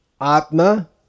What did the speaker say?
Atma